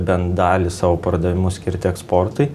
bent dalį savo pardavimų skirti eksportui